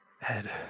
head